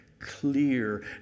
clear